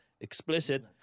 explicit